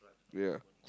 ya